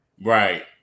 Right